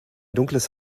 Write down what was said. dunkles